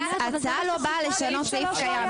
ההצעה לא באה לשנות סעיף קיים,